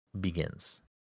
begins